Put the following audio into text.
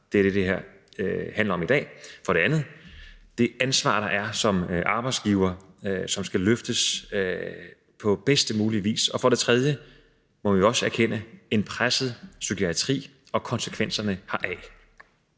det er det, som det handler om i dag – for det andet det ansvar, der er som arbejdsgiver, og som skal løftes på bedst mulige vis, og for det tredje, det må vi også erkende, en presset psykiatri og konsekvenserne heraf.